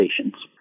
stations